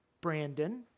Brandon